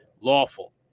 lawful